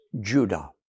Judah